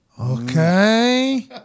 Okay